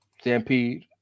Stampede